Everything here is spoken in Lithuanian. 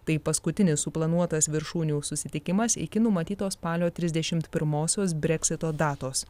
tai paskutinis suplanuotas viršūnių susitikimas iki numatyto spalio trisdešimt pirmosios breksito datos